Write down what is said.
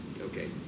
Okay